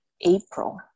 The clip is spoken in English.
April